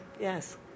Yes